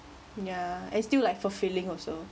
ya it still like fulfilling also